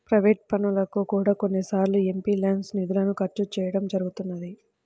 private పనులకు కూడా కొన్నిసార్లు ఎంపీల్యాడ్స్ నిధులను ఖర్చు చేయడం జరుగుతున్నది